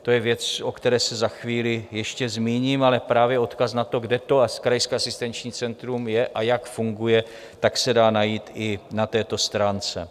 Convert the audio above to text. To je věc, o které se za chvíli ještě zmíním, ale právě odkaz na to, kde to krajské asistenční centrum je a jak funguje, se dá najít i na této stránce.